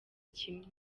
kimwe